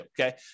okay